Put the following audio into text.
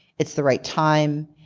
it's the right time,